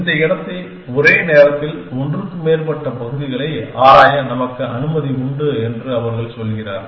இந்த இடத்தை ஒரே நேரத்தில் ஒன்றுக்கு மேற்பட்ட பகுதிகளை ஆராய நமக்கு அனுமதி உண்டு என்று அவர்கள் சொல்கிறார்கள்